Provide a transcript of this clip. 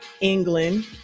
England